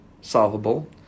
solvable